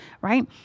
Right